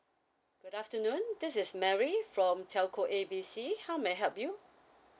good afternoon this is mary from telco A B C how may I help you